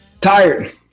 Tired